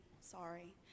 sorry